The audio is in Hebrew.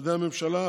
משרדי הממשלה,